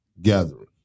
gathering